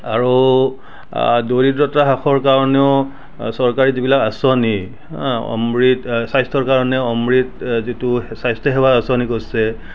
আৰু দৰিদ্ৰতা হ্ৰাসৰ কাৰণেও চৰকাৰী যিবিলাক আঁচনি আ অমৃত স্বাস্থ্যৰ কাৰণে অমৃত যিটো স্বাস্থ্যসেৱা আঁচনি কৰছে